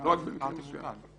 לא רק במקרים מסוימים.